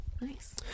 Nice